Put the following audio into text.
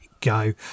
go